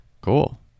cool